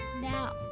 Now